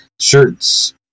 shirts